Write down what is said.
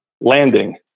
landing